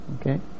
okay